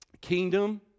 kingdom